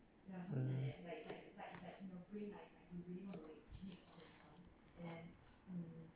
mm